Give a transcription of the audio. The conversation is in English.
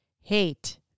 hate